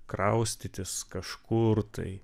kraustytis kažkur tai